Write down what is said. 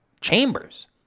chambers